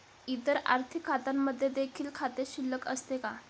इतर आर्थिक खात्यांमध्ये देखील खाते शिल्लक असते का?